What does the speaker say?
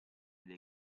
dei